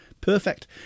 perfect